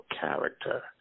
character